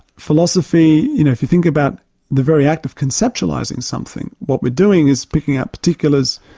philosophy, you know if you think about the very act of conceptualising something, what we're doing is picking out particulars,